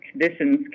conditions